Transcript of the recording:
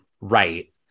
Right